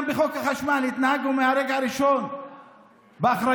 גם בחוק החשמל התנהגנו מהרגע הראשון באחריות,